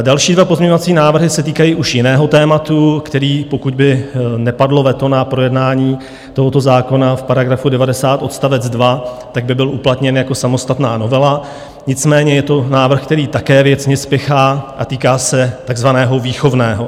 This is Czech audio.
Další dva pozměňovací návrhy se týkají už jiného tématu, které, pokud by nepadlo veto na projednání tohoto zákona v § 90 odst. 2, by byl uplatněn jako samostatná novela, nicméně je to návrh, který také věcně spěchá a týká se takzvaného výchovného.